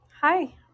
Hi